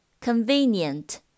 Convenient